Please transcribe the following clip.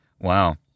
Wow